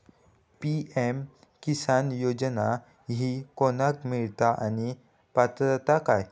PM Kisan योजना ही कोणाक मिळता आणि पात्रता काय?